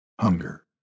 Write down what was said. Hunger